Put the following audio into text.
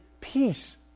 peace